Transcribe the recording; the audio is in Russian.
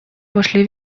вошли